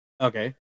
Okay